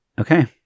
Okay